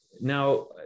now